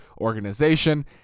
organization